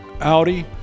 Audi